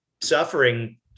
suffering